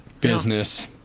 Business